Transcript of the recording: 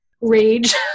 rage